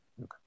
Okay